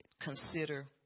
consider